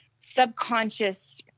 subconscious